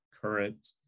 current